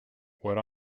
what